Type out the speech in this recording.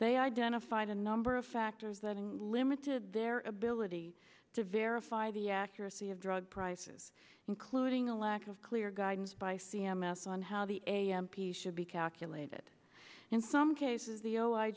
they identified a number of factors that limited their ability to verify the accuracy of drug prices including a lack of clear guidance by c m s on how the a m p should be calculated in some cases the o